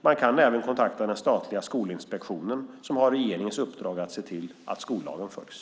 Man kan även kontakta den statliga Skolinspektionen som har regeringens uppdrag att se till att skollagen följs.